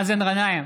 מאזן גנאים,